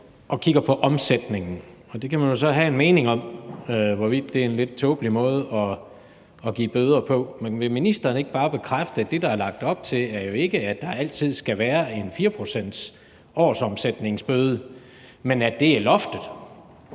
og kigger på omsætningen. Man kan så have en mening om, hvorvidt det er en lidt tåbelig måde at give bøder på. Men vil ministeren ikke bare bekræfte, at det, der er lagt op til, jo ikke er, at der altid skal være en 4-procentsårsomsætningsbøde, men at det er loftet?